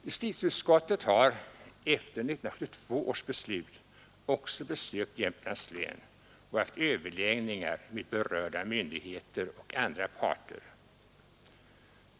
Justitieutskottet har efter 1972 års beslut också besökt Jämtlands län och haft överläggningar med berörda myndigheter och andra parter.